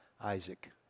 Isaac